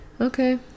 Okay